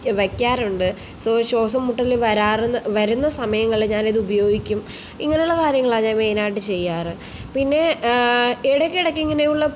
വെയ്ക്കാറുണ്ട് so ശോസം മുട്ടൽ വരാറുന്നു വരുന്ന സമയങ്ങളിൽ ഞാനിതുപയോഗിക്കും ഇങ്ങനെയുള്ള കാര്യങ്ങളാണ് ഞാൻ മെയിനായിട്ട് ചെയ്യാറ് പിന്നേ ഇടക്കിടക്കിങ്ങനെ ഉള്ള